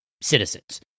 citizens